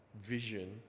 vision